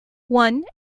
one